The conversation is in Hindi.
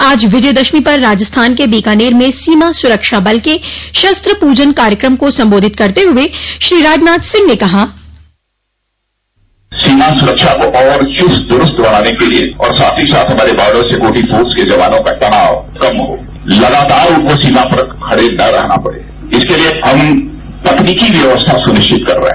आज विजयदशमी पर राजस्थान के बीकानेर में सीमा सुरक्षा बल के शस्त्र पूजन कार्यक्रम को संबोधित करते हुए श्री राजनाथ सिंह ने कहा सीमा सुरक्षा को और चुस्तस दुरुस्त् बनाने के लिए और साथ ही साथ हमारे बॉर्डर सिक्योरिटी फोर्स के जवानों का तनाव कम हो लगातार उनको सीमा पर खड़े न रहना पड़े इसके हम तकनीकी व्यबवस्था सुनिश्चित कर रहे हैं